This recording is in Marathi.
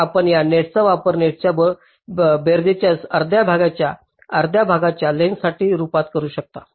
तर आपण या नेटचा वापर नेटच्या बेरीजच्या अर्ध्या भागाच्या अर्ध्या भागाच्या लेंग्थसच्या रूपात करू शकता